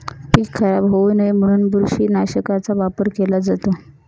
पीक खराब होऊ नये म्हणून बुरशीनाशकाचा वापर केला जातो